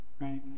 right